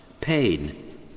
pain